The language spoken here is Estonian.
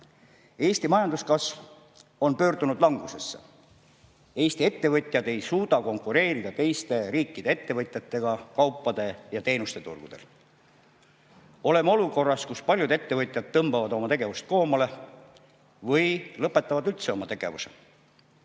majanduskasv on pöördunud langusesse. Eesti ettevõtjad ei suuda konkureerida teiste riikide ettevõtjatega kaupade ja teenuste turgudel. Oleme olukorras, kus paljud ettevõtjad tõmbavad oma tegevust koomale või lõpetavad üldse oma tegevuse.